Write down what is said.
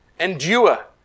Endure